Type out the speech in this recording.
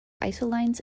isolines